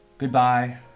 Goodbye